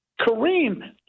Kareem